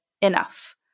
enough